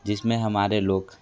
जिसमें हमारे लोग